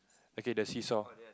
okay the see saw